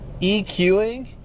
EQing